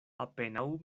apenaŭ